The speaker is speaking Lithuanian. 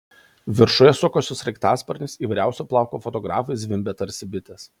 viršuje sukosi sraigtasparnis įvairiausio plauko fotografai zvimbė tarsi bitės